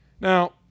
Now